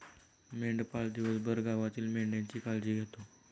मेंढपाळ दिवसभर गावातील मेंढ्यांची काळजी घेतो